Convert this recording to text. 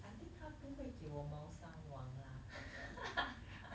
I think 他不会给我 mao shan wang lah